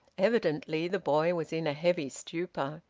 evidently the boy was in a heavy stupor.